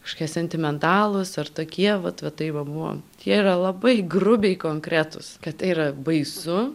kažkokie sentimentalūs ar tokie vat va tai va buvo jie yra labai grubiai konkretūs kad tai yra baisu